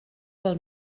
fel